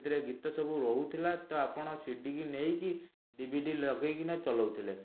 ସେଥିରେ ଗୀତ ସବୁ ରହୁଥିଲା ତ ଆପଣ ସିଡ଼ିକି ନେଇକି ଡି ଭି ଡ଼ି ଲଗାଇକିନା ଚଲାଉଥିଲେ